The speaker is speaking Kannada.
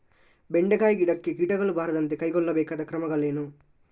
ಬೆಂಡೆಕಾಯಿ ಗಿಡಕ್ಕೆ ಕೀಟಗಳು ಬಾರದಂತೆ ಕೈಗೊಳ್ಳಬೇಕಾದ ಕ್ರಮಗಳೇನು?